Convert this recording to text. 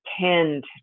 tend